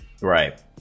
Right